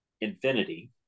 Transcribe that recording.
infinity